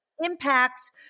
impact